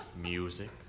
music